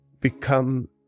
become